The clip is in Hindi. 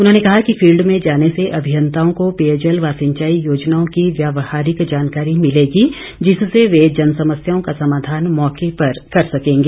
उन्होंने कहा कि फील्ड में जाने से अभियंताओं को पेयजल व सिंचाई योजनाओं की व्यवहारिक जानकारी मिलेगी जिससे वे जनसमस्याओं का समाधान मौके पर कर सकेंगे